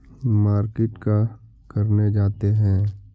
Market का करने जाते हैं?